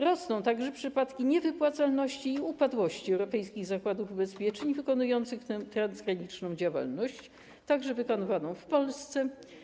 Rosną także przypadki niewypłacalności i upadłości europejskich zakładów ubezpieczeń wykonujących tę transgraniczną działalność także w Polsce.